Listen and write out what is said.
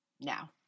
now